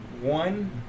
one